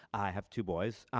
i have two boys.